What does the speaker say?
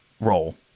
role